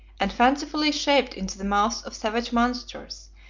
and fancifully shaped into the mouths of savage monsters,